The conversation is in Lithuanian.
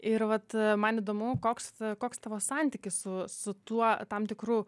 ir vat man įdomu koks koks tavo santykis su su tuo tam tikru